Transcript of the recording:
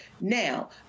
Now